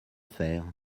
faire